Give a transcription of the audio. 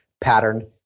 Pattern